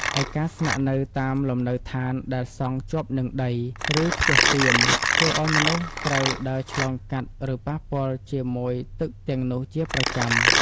ឯការស្នាក់នៅតាមលំនៅដ្ឋានដែលសង់ជាប់នឹងដី ឬផ្ទះតៀម ធ្វើឱ្យមនុស្សត្រូវដើរឆ្លងកាត់ ឬប៉ះពាល់ជាមួយទឹកទាំងនោះជាប្រចាំ។